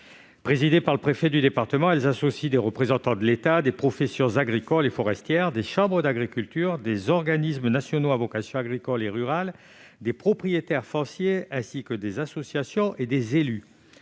Présidées par le préfet du département, elles regroupent, outre des élus, des représentants de l'État, des professions agricoles et forestières, des chambres d'agriculture, des organismes nationaux à vocation agricole et rurale, des propriétaires fonciers et des associations. Cette